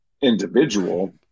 individual